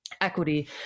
equity